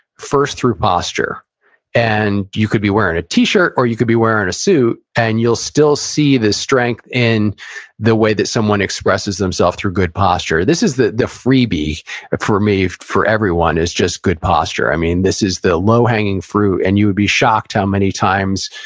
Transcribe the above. first through posture and you could be wearing a t-shirt, or you could be wearing a suit, and you'll still see the strength in the way that someone expresses themselves through good posture. this is the the freebie for me. for for everyone, is just good posture. i mean, this is the low hanging fruit. and you'll would be shocked how many times,